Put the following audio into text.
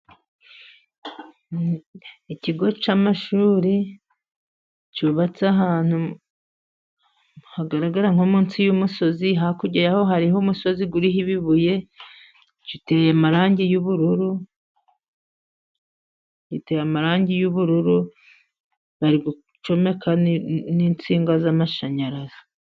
Ikigo cy'amashuri cyubatse ahantu hagaragara nko munsi y'umusozi, hakurya hariho umusozi uriho ibibuye, giteye amarangi y'ubururu, bari gucomeka n'insinga z'amashanyarazi.